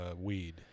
weed